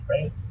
right